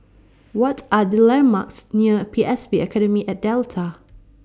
What Are The landmarks near P S B Academy At Delta